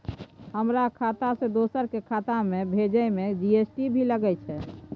हमर खाता से दोसर के खाता में भेजै में जी.एस.टी भी लगैछे?